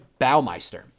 Baumeister